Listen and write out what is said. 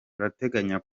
urateganya